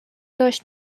داشت